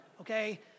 Okay